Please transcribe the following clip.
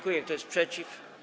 Kto jest przeciw?